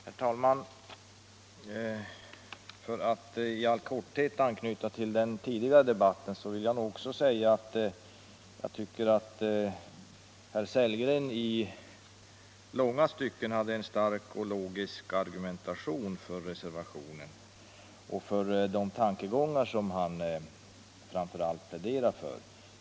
Herr talman! För att i all korthet anknyta till den tidigare debatten vill också jag säga att herr Sellgren i långa stycken hade en stark och logisk argumentation för reservationen 1 och för sina tankegångar i övrigt.